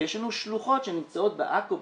ויש לנו שלוחות שנמצאות בעכו,